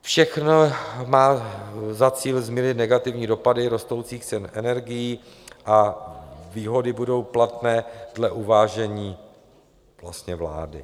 Všechno má za cíl změnit negativní dopady rostoucích cen energií a výhody budou platné dle uvážení vlastně vlády.